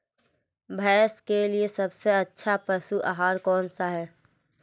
भैंस के लिए सबसे अच्छा पशु आहार कौनसा है?